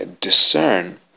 discern